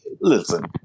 Listen